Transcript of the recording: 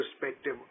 perspective